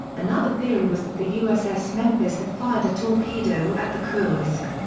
another theory was that the uss memphis had fired a torpedo at the kursk.